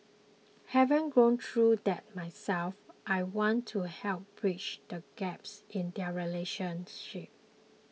having gone through that myself I want to help bridge the gaps in their relationship